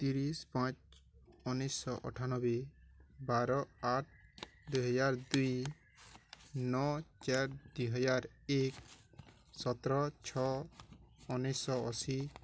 ତିରିଶ ପାଞ୍ଚ ଉଣେଇଶହ ଅଠାନବେ ବାର ଆଠ ଦୁଇହଜାର ଦୁଇ ନଅ ଚାର ଦୁଇହଜାର ଏକ ସତର ଛଅ ଉଣେଇଶହ ଅଶୀ